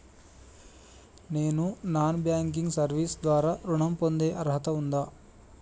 నేను non banking service ద్వారా ఋణం పొందే అర్హత ఉందా?